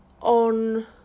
on